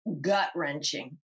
gut-wrenching